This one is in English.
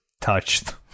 touched